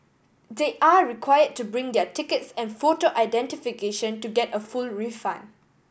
they are required to bring their tickets and photo identification to get a full refund